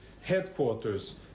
headquarters